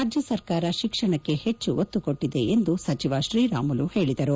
ರಾಜ್ಞ ಸರ್ಕಾರ ಶಿಕ್ಷಣಕ್ಕೆ ಹೆಚ್ಚು ಒತ್ತು ಕೊಟ್ಟಿದೆ ಎಂದು ಸಚಿವ ಶ್ರೀರಾಮುಲು ಹೇಳಿದರು